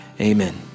amen